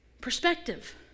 Perspective